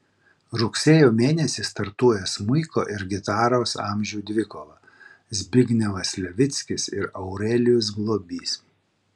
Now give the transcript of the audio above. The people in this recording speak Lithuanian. rugsėjo mėnesį startuoja smuiko ir gitaros amžių dvikova zbignevas levickis ir aurelijus globys